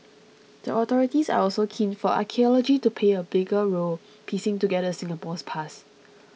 the authorities are also keen for archaeology to play a bigger role piecing together Singapore's past